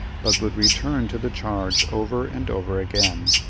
but would return to the charge over and over again.